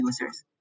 users